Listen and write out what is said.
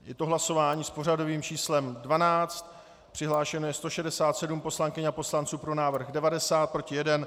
Je to hlasování s pořadovým číslem 12, přihlášeno je 167 poslankyň a poslanců, pro návrh 90, proti 1.